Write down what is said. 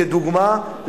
כדוגמה,